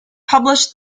published